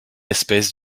espèce